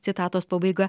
citatos pabaiga